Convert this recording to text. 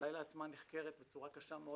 לילה עצמה נחקרת בצורה קשה מאוד,